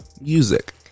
music